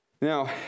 Now